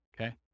Okay